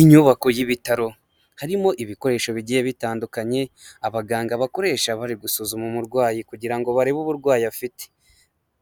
Inyubako y'ibitaro harimo ibikoresho bigiye bitandukanye abaganga bakoresha bari gusuzuma umurwayi kugira ngo barebe uburwayi afite.